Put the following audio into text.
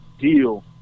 deal